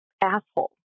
asshole